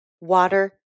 water